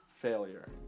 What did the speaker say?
failure